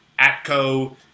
ATCO